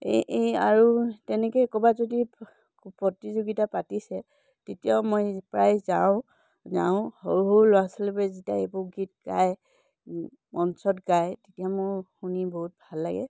এই এই আৰু তেনেকৈ ক'ৰবাত যদি প্ৰতিযোগিতা পাতিছে তেতিয়াও মই প্ৰায় যাওঁ যাওঁ সৰু সৰু ল'ৰা ছোৱালীবোৰে যেতিয়া এইবোৰ গীত গায় মঞ্চত গায় তেতিয়া মোৰ শুনি বহুত ভাল লাগে